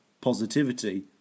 positivity